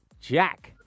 Jack